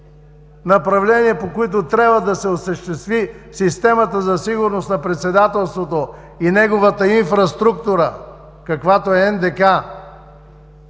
направления, по които трябва да се осъществи системата за сигурност на председателството и неговата инфраструктура, каквато е НДК,